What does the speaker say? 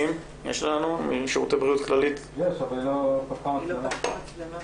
מעדכנת לגבי חדר יוספטל, ביוספטל החדר